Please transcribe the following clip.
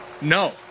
No